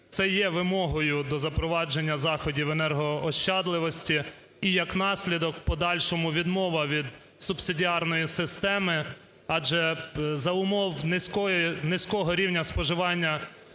це є вимогою до запровадження заходів енергоощадливості і, як наслідок, в подальшому відмова від субсидіарної системи. Адже за умов низького рівня споживання